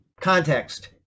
Context